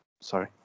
Sorry